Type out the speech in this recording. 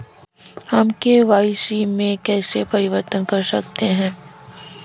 हम के.वाई.सी में कैसे परिवर्तन कर सकते हैं?